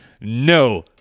no